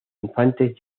infantes